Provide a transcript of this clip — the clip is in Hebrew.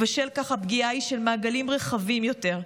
ובשל כך הפגיעה היא של מעגלים רחבים יותר.